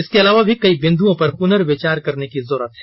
इसके अलावा भी कई बिन्दुओं पर पुर्नविचार करने की जरूरत है